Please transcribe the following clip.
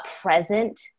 present